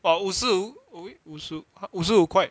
or 五十五五十五五十五块